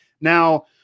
Now